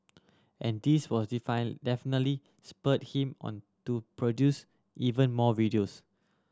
and this was define definitely spurred him on to produce even more videos